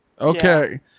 okay